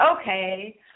Okay